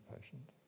patient